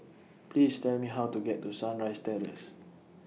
Please Tell Me How to get to Sunrise Terrace